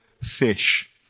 fish